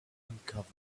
uncovered